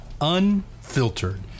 Unfiltered